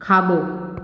खाबो॒